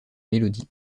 mélodies